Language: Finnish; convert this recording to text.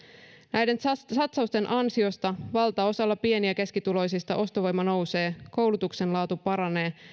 näiden satsausten ansiosta valtaosalla pieni ja keskituloisista ostovoima nousee koulutuksen laatu paranee